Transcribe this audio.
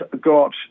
got